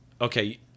Okay